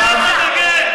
מה אתה מגן?